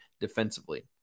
defensively